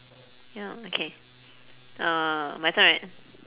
ya okay uh my turn right